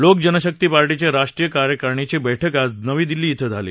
लोकजनशक्ती पार्टीच्या राष्ट्रीय कार्यकारिणीची बर्क्र आज नवी दिल्लीत झाली